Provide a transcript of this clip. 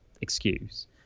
excuse